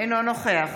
אינו נוכח